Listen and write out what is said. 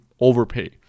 overpay